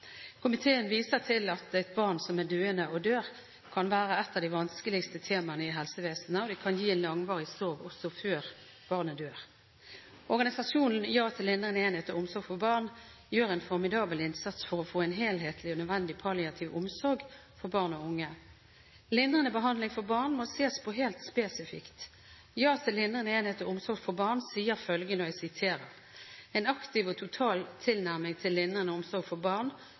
Komiteen viser til at barn som er døende, og dør, kan være et av de vanskeligste temaene i helsevesenet. Det kan gi langvarige sår også før barnet dør. Organisasjonen Ja til lindrende enhet og omsorg for barn gjør en formidabel innsats for å få en helhetlig og nødvendig palliativ omsorg for barn og unge. Lindrende behandling for barn må ses på helt spesifikt. Ja til lindrende enhet og omsorg for barn sier følgende: «En aktiv og total tilnærming til lindrende omsorg for barn